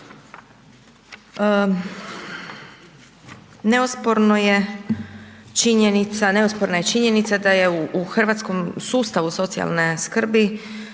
Neosporna je činjenica da je u hrvatskom sustavu socijalne skrbi